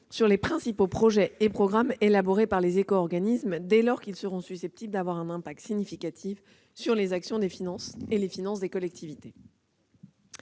sur les principaux projets et programmes élaborés par les éco-organismes dès lors qu'ils seront susceptibles d'avoir un impact significatif sur les actions et les finances des collectivités.